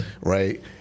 right